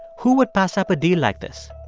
who would pass up a deal like this?